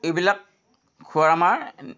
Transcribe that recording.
এইবিলাক খোৱাৰ আমাৰ